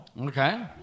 Okay